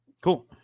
cool